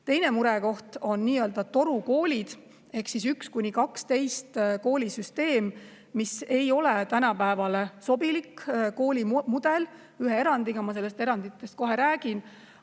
Teine murekoht on nii-öelda torukoolid ehk 1–12 koolisüsteem, mis ei ole tänapäevale sobilik koolimudel, küll ühe erandiga. Ma sellest erandist ka kohe räägin.